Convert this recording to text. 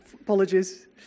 Apologies